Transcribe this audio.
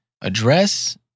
address